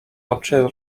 oczy